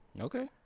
Okay